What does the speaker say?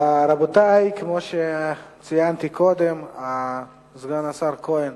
רבותי, כמו שציינתי קודם, סגן השר כהן